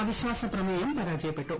അവിശ്വാസ പ്രമേയം പരാജയപ്പെട്ടു